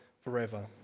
forever